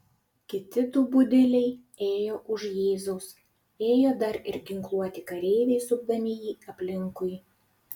kiti du budeliai ėjo už jėzaus ėjo dar ir ginkluoti kareiviai supdami jį aplinkui